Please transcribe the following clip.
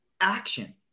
action